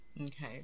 Okay